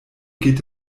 geht